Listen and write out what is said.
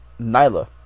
Nyla